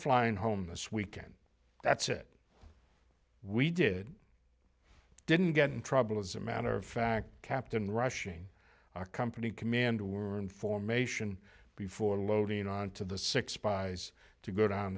flying home this weekend that's it we did didn't get in trouble as a matter of fact captain rushing our company commander were information before loading on to the six spies to go down